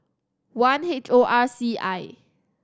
one H O R C I